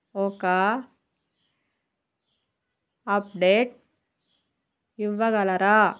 ఒక అప్డేట్ ఇవ్వగలరా